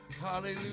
Hallelujah